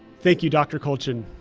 thank you, dr. kultgen.